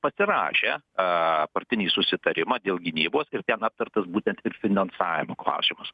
pasirašė a partinį susitarimą dėl gynybos ir ten aptartas būtent ir finansavimo klausimas